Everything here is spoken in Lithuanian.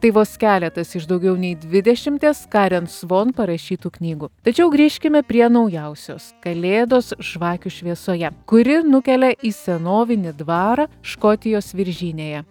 tai vos keletas iš daugiau nei dvidešimties karen svon parašytų knygų tačiau grįžkime prie naujausios kalėdos žvakių šviesoje kuri nukelia į senovinį dvarą škotijos viržynėje